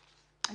המקום.